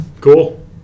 cool